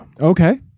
Okay